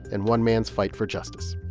and one man's fight for justice.